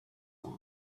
life